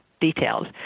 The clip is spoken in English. details